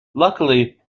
luckily